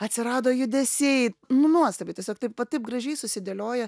atsirado judesiai nu nuostabiai tiesiog taip va taip gražiai susidėlioja